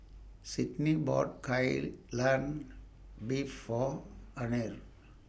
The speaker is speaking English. Sydney bought Kai Lan Beef For Anner